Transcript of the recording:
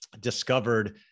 discovered